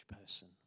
person